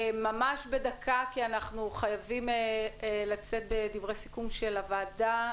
ממש בדקה כי אנחנו חייבים לצאת בדברי סיכום של הוועדה